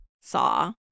saw